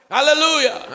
Hallelujah